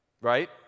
right